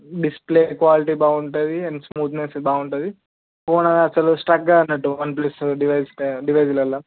display quality బాగుంటుంది and smoothness బాగుంటుంది phone అసలు స్ట్రక్ కాదన్నట్టు వన్ప్లస్ డివైసెస్లలో